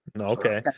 Okay